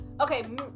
okay